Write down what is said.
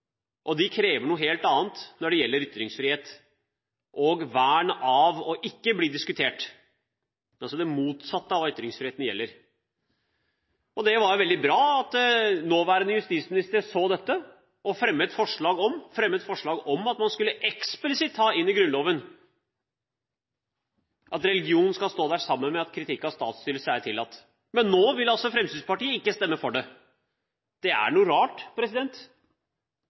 De krever noe helt annet når det gjelder ytringsfrihet og vern mot ikke å bli diskutert – altså det motsatte av hva ytringsfriheten gjelder. Det var veldig bra at nåværende justisminister så dette og fremmet et forslag om at man eksplisitt skulle ta ordet «religion» inn i Grunnloven, slik at det står at kritikk av statsstyrelse og religion er tillatt. Men nå vil altså Fremskrittspartiet ikke stemme for det. Det er noe rart